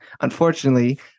unfortunately